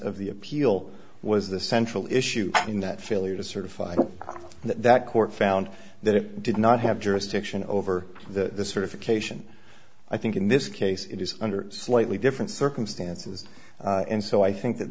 of the appeal was the central issue in that failure to certify that court found that it did not have jurisdiction over the certification i think in this case it is under slightly different circumstances and so i think that